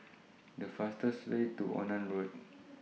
The fastest Way to Onan Road